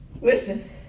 Listen